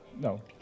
No